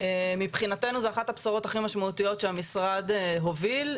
מבחינתנו זו אחת הבשורות הכי משמעותיות שהמשרד הוביל.